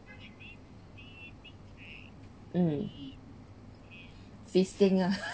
mm sees thing ah